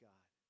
God